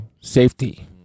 safety